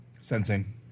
Sensing